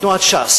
מתנועת ש"ס,